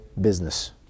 business